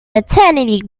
maternity